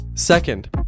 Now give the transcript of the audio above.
Second